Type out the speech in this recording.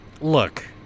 look